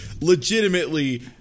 legitimately